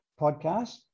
podcast